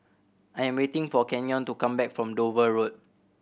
I'm waiting for Kenyon to come back from Dover Road